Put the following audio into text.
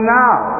now